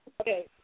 Okay